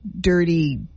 dirty